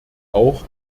auch